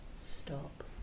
stop